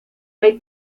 hay